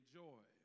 joy